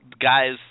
guys